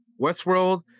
westworld